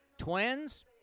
Twins